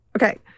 Okay